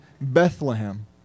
Bethlehem